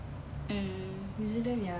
mm